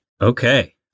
Okay